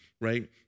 right